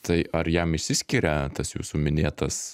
tai ar jam išsiskiria tas jūsų minėtas